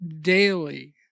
daily